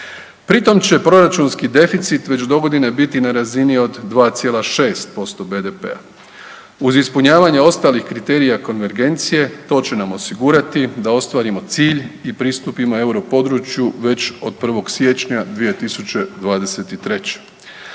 Pritom će proračunski deficit već dogodine biti na razini od 2,6% BDP-a, uz ispunjavanje ostalih kriterije konvergencije, to će nam osigurati da ostvarimo cilj i pristupimo europodručju već od 1. siječnja 2023.